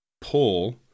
pull